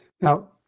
Now